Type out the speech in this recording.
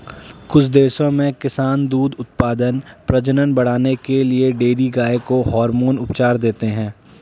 कुछ देशों में किसान दूध उत्पादन, प्रजनन बढ़ाने के लिए डेयरी गायों को हार्मोन उपचार देते हैं